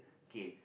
K